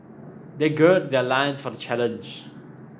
they gird their loins for the challenge